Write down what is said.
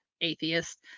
atheist